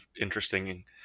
interesting